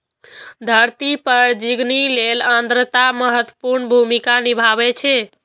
धरती पर जिनगी लेल आर्द्रता महत्वपूर्ण भूमिका निभाबै छै